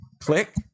click